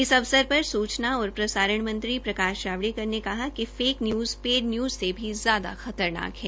इस अवसर पर सूचना और प्रसारण मंत्री प्रकाश जावड़ेकर ने कहा कि फेक न्यूज पेड न्यूज से भी ज्यादा खतरनाक है